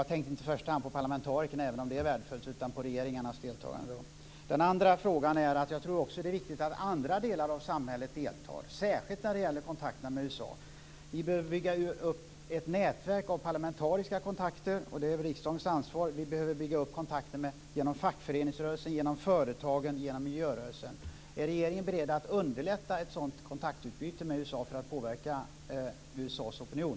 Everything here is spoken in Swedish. Jag tänkte inte i första hand på parlamentarikernas deltagande, även om det är värdefullt, utan på regeringarnas deltagande. Den andra frågan handlar om att jag också tror att det är viktigt att andra delar av samhället deltar, särskilt när det gäller kontakterna med USA. Vi behöver bygga upp ett nätverk av parlamentariska kontakter, och det är riksdagens ansvar. Vi behöver bygga upp kontakter genom fackföreningsrörelsen, genom företagen och genom miljörörelsen. Är regeringen beredd att underlätta ett sådant kontaktutbyte med USA för att påverka USA:s opinion?